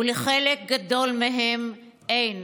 ולחלק גדול מהם אין,